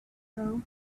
through